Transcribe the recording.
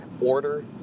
order